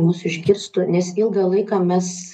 mus išgirstų nes ilgą laiką mes